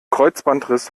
kreuzbandriss